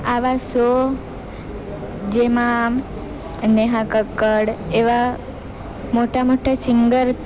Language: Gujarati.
આવા સો જેમાં નેહા કક્કડ એવા મોટા મોટા સિંગર